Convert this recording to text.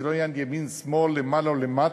זה לא עניין של ימין שמאל, למעלה או למטה,